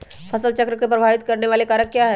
फसल चक्र को प्रभावित करने वाले कारक क्या है?